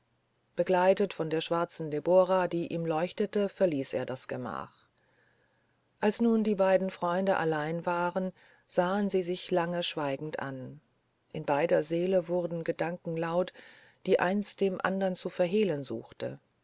begleitet von der schwarzen debora die ihm leuchtete verließ er das gemach als nun die beiden freunde allein waren sahen sie sich lange schweigend an in beider seele wurden gedanken laut die eins dem anderen zu verhehlen suchte